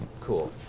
cool